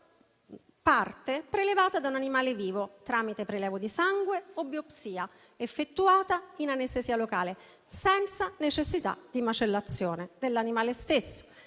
parte prelevata da un animale vivo, tramite prelievo di sangue o biopsia effettuata in anestesia locale, senza necessità di macellazione dell'animale stesso.